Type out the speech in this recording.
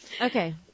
Okay